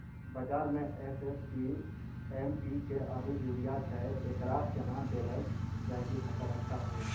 बाजार मे SSP, MPK आरु यूरिया छैय, एकरा कैना देलल जाय कि फसल अच्छा हुये?